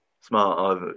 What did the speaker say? Smart